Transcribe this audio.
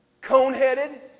cone-headed